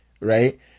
right